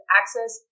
access